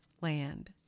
land